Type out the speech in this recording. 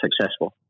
successful